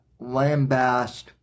lambast